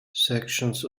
sections